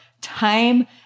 time